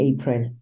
April